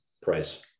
price